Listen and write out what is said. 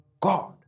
God